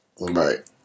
Right